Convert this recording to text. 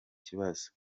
kibazo